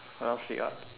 what else we got